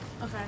Okay